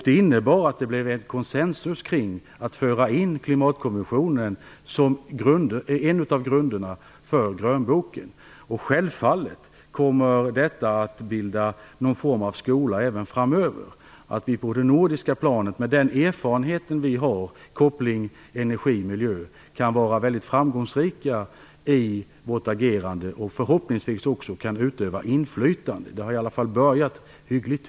Det innebar att det blev konsensus kring att föra in klimatkonventionen som en av grunderna för grönboken. Självfallet kommer detta att bilda någon form av skola även framöver. Vi på det nordiska planet kan, med den erfarenhet vi har av kopplingen mellan energi och miljö, vara framgångsrika i vårt agerande och förhoppningsvis också utöva inflytande. Det har i alla fall börjat hyggligt.